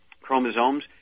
chromosomes